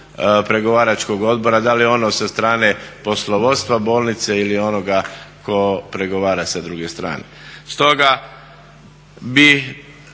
pregovaračkog odbora, da li je ono sa strane poslovodstva bolnice ili onoga tko pregovara sa druge strane. Stoga bi